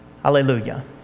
Hallelujah